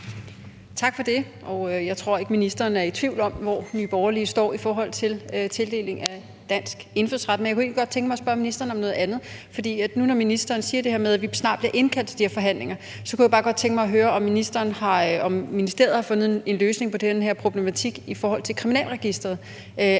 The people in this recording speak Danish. Tak for det. Jeg tror ikke, ministeren er i tvivl om, hvor Nye Borgerlige står i forhold til tildeling af dansk indfødsret, men jeg kunne egentlig godt tænke mig at spørge ministeren om noget andet. Når nu ministeren siger det her med, at vi snart bliver indkaldt til forhandlinger, kunne jeg bare godt tænke mig at høre, om ministeriet har fundet en løsning på den her problematik i forhold til Kriminalregisteret,